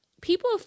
people